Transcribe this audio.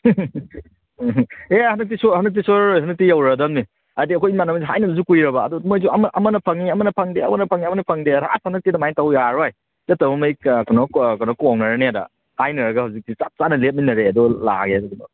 ꯑꯦ ꯍꯟꯗꯛꯇꯤ ꯁꯣꯏ ꯍꯟꯗꯛꯇꯤ ꯁꯣꯏꯔꯔꯣꯏ ꯍꯟꯗꯛꯇꯤ ꯌꯧꯔꯛꯑꯗꯝꯅꯤ ꯍꯥꯏꯗꯤ ꯑꯩꯈꯣꯏ ꯏꯃꯥꯟꯅꯕ ꯍꯥꯏꯅꯕꯁꯨ ꯀꯨꯏꯔꯕ ꯑꯗꯨ ꯃꯣꯏꯁꯨ ꯑꯃ ꯑꯃꯅ ꯐꯪꯉꯤ ꯑꯃꯅ ꯐꯪꯗꯦ ꯑꯃꯅ ꯐꯪꯉꯤ ꯑꯃꯅ ꯐꯪꯗꯦꯅ ꯑꯁ ꯍꯟꯗꯛꯇꯤ ꯑꯗꯨꯃꯥꯏꯅ ꯇꯧ ꯌꯥꯔꯔꯣꯏ ꯆꯠꯇꯧꯕꯃꯈꯩ ꯀꯩꯅꯣ ꯀꯩꯅꯣ ꯀꯣꯡꯅꯔꯅꯦꯅ ꯍꯥꯏꯅꯔꯒ ꯍꯧꯖꯤꯛꯇꯤ ꯆꯞ ꯆꯥꯅ ꯂꯦꯞꯃꯤꯟꯅꯔꯦ ꯑꯗꯣ ꯂꯥꯛꯑꯒꯦ ꯑꯗꯨꯗꯨꯒ